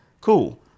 cool